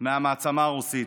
מהמעצמה הרוסית.